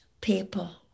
people